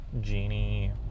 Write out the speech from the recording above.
genie